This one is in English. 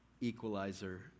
equalizer